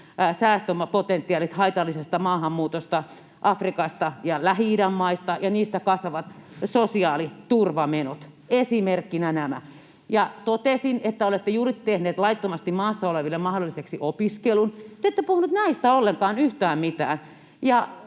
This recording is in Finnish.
säästöpotentiaalit haitallisesta maahanmuutosta Afrikasta ja Lähi-idän maista ja niistä kasvavat sosiaaliturvamenot — esimerkkinä nämä — ja totesin, että olette juuri tehneet laittomasti maassa oleville mahdolliseksi opiskelun. Te ette puhunut näistä ollenkaan yhtään mitään,